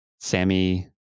Sammy